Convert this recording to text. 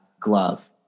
glove